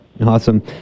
Awesome